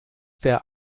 der